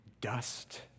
dust